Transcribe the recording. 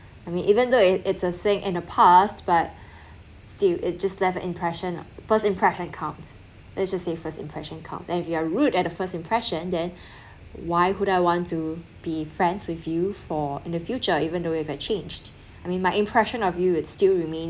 I mean even though it it's a thing in the past but still it just left impression ah first impression counts let's just say first impression counts and if you're rude at the first impression then why would I want to be friends with you for in the future even though if you have changed I mean my impression of you it's still remains